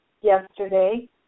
yesterday